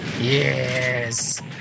yes